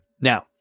Now